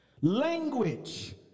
Language